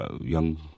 young